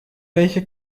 welche